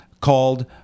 called